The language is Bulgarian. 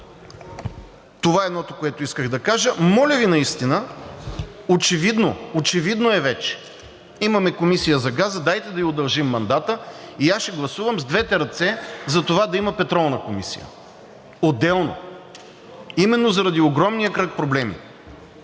Това е едното, което исках да кажа. Моля Ви наистина, очевидно е вече, имаме Комисия за газа, дайте да ѝ удължим мандата, и аз ще гласувам с двете ръце за това да има петролна комисия, отделна, именно заради огромния кръг проблеми,